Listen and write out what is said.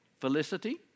felicity